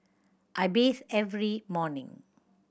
I bathe every morning